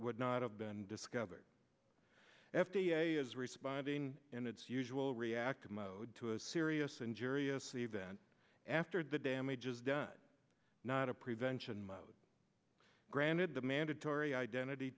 would not have been discovered f d a is responding in its usual reactive mode to a serious and jarius event after the damage is done not a prevention mode granted the mandatory identity